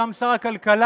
וגם שר הכלכלה,